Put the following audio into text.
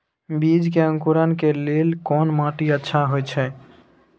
बीज के अंकुरण के लेल कोन माटी अच्छा होय छै?